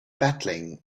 battling